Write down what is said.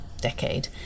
decade